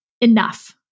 enough